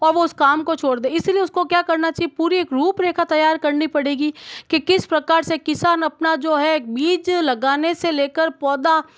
और उसे काम को छोड़ दे इसीलिए उसको क्या करना चाहिए पूरी एक रूपरेखा तैयार करनी पड़ेगी कि किस प्रकार से किसान अपना जो है बीज लगाने से लेकर पौधा